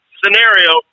scenario